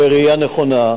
בראייה נכונה.